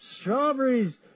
strawberries